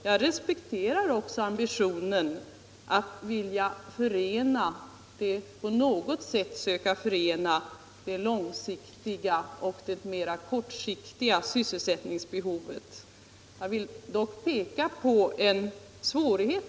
Jag respekterar också ambitionen att på något sätt försöka förena det långsiktiga och det mera kortsiktiga sysselsättningsbehovet. Jag vill dock peka på en svårighet.